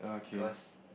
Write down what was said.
cause